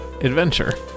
Adventure